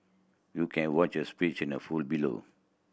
you can watch his speech in a full below